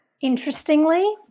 Interestingly